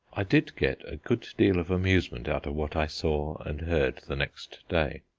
i did get a good deal of amusement out of what i saw and heard the next day.